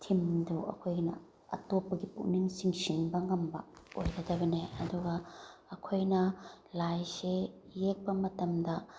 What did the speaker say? ꯊꯤꯝꯗꯨ ꯑꯩꯈꯣꯏꯅ ꯑꯇꯣꯞꯄꯒꯤ ꯄꯨꯛꯅꯤꯡ ꯆꯤꯡꯁꯤꯟꯕ ꯉꯝꯕ ꯑꯣꯏꯒꯗꯕꯅꯦ ꯑꯗꯨꯒ ꯑꯩꯈꯣꯏꯅ ꯂꯥꯏꯁꯦ ꯌꯦꯛꯄ ꯃꯇꯝꯗ